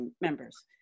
members